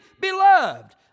beloved